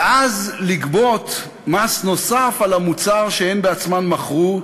ואז לגבות מס נוסף על המוצר שהם שבעצמם מכרו.